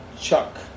Chuck